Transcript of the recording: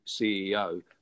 CEO